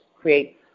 create